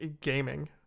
gaming